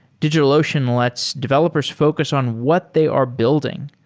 digitalocean lets developers focus on what they are building.